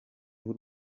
b’u